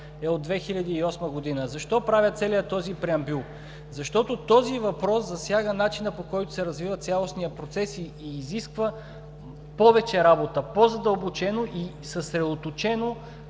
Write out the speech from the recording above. е от 2008 г. Защо правя целия този преамбюл? Защото този въпрос засяга начина, по който се развива цялостният процес и изисква повече работа, по-задълбочено и съсредоточено